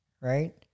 right